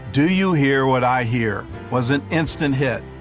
do you hear what i hear, was an instant hit.